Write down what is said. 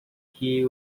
que